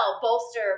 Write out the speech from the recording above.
bolster